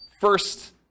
first